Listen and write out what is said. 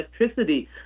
electricity